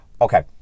Okay